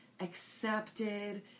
accepted